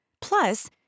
Plus